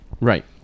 Right